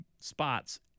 spots